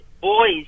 boys